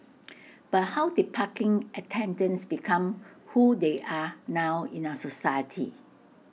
but how did parking attendants become who they are now in our society